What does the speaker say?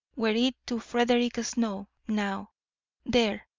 were it to frederick snow, now there!